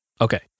Okay